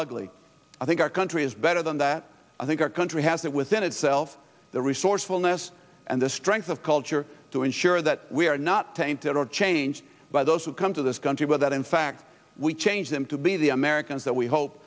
ugly i think our country is better than that i think our country has that within itself the resourcefulness and the strength of culture to ensure that we are not tainted or changed by those who come to this country with that in fact we change them to be the americans that we hope